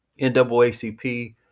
NAACP